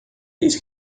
isso